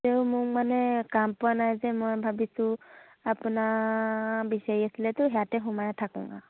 তেও মোক মানে কাম পোৱা নাই যে মই ভাবিছোঁ আপুনি বিচাৰি আছিলেতো ইয়াতে সোমাই থাকোঁ আও